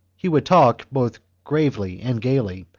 he would talk, both gravely and gaily,